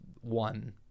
one